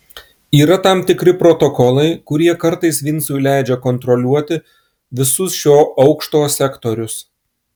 yra tam tikri protokolai kurie kartais vincui leidžia kontroliuoti visus šio aukšto sektorius